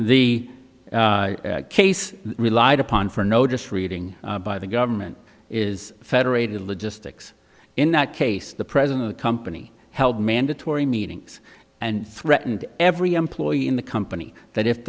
the case relied upon for notice reading by the government is federated logistics in that case the president of the company held mandatory meetings and threatened every employee in the company that if